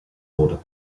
order